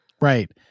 right